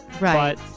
Right